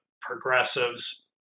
progressives